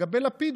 לגבי לפיד,